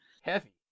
Heavy